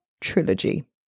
Trilogy